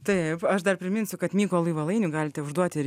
taip aš dar priminsiu kad mykolui valainiui galite užduoti ir